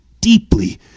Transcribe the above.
deeply